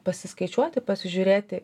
pasiskaičiuoti pasižiūrėti